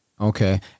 Okay